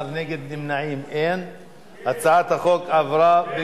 על חברי